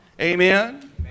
Amen